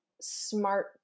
smart